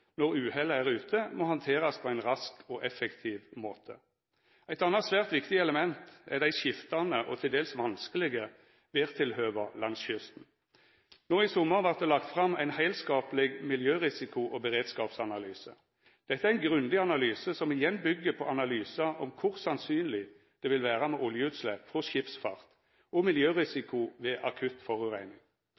når uhellet er ute, må handterast på ein rask og effektiv måte. Eit anna svært viktig element er dei skiftande og til dels vanskelege vêrtilhøva langs kysten. No i sommar vart det lagt fram ein heilskapleg miljørisiko- og beredskapsanalyse. Dette er ein grundig analyse som igjen byggjer på analysar av kor sannsynleg det vil vera med oljeutslepp frå skipsfart og miljørisiko ved akutt forureining.